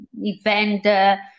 event